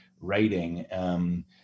writing